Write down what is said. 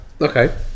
Okay